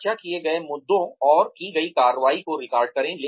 चर्चा किए गए मुद्दों और की गई कार्रवाई को रिकॉर्ड करें